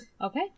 Okay